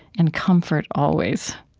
and comfort always.